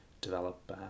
develop